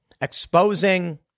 exposing